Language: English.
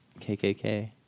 KKK